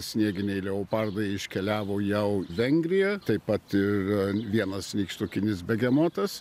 snieginiai leopardai iškeliavo jau vengriją taip pat ir vienas nykštukinis begemotas